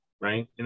right